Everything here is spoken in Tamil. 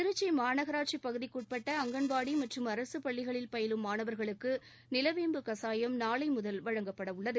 திருச்சி மாநகராட்சிப் பகுதிக்கு உட்பட்ட அங்கன்வாடி மற்றும் அரசுப் பள்ளிகளில் பயிலும் மாணவர்களுக்கு நிலவேம்பு கசாயம் நாளை முதல் வழங்கப்படவுள்ளது